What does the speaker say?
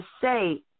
say